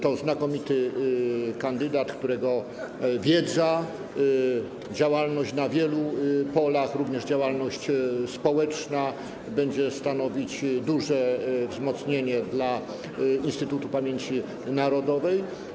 To znakomity kandydat, którego wiedza i działalność na wielu polach, również działalność społeczna, będą dużym wzmocnieniem dla Instytutu Pamięci Narodowej.